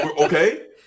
Okay